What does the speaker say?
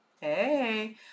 Hey